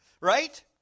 right